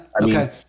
Okay